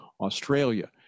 Australia